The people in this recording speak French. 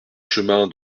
chemin